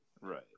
Right